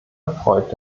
erfreut